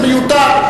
זה מיותר,